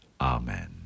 Amen